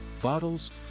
Bottles